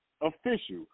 official